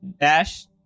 dash